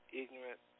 ignorant